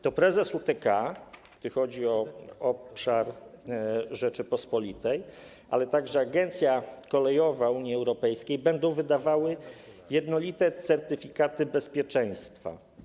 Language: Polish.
To prezes UTK, gdy chodzi o obszar Rzeczypospolitej, ale także Agencja Kolejowa Unii Europejskiej będą wydawali jednolite certyfikaty bezpieczeństwa.